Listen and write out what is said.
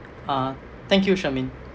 uh thank you charmaine